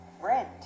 rent